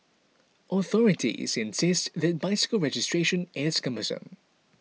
authorities insist that bicycle registration is cumbersome